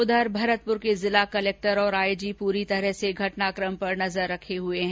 उधर भरतपुर के जिला कलेक्टर और आईजी पुरी तरह से घटनाक्रम पर नजर रखे हुए हैं